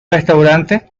restaurante